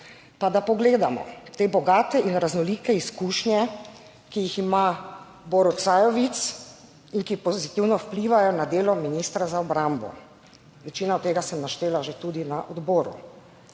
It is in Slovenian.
Pa da pogledamo te bogate in raznolike izkušnje, ki jih ima Borut Sajovic in ki pozitivno vplivajo na delo ministra za obrambo. Večino tega sem naštela že tudi na odboru.